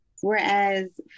Whereas